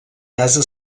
casa